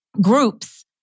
groups